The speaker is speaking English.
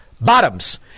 Bottoms